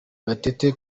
gatete